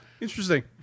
interesting